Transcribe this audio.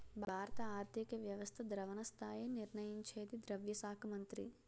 భారత ఆర్థిక వ్యవస్థ ద్రవణ స్థాయి నిర్ణయించేది ద్రవ్య శాఖ మంత్రి